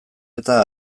eta